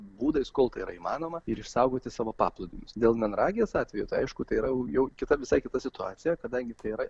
būdais kol tai yra įmanoma ir išsaugoti savo paplūdimius dėl melragės atvejo aišku tai yra jau kita visai kita situacija kadangi tai yra